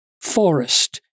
forest